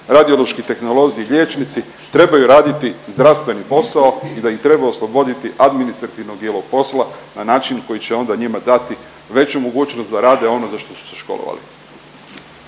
radiološki tehnolozi, liječnici trebaju raditi zdravstveni posao i da ih treba osloboditi administrativnog dijela posla na način koji će onda njima dati veću mogućnost da rade ono za što su se školovali.